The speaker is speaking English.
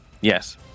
Yes